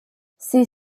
ces